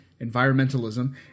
environmentalism